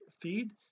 feed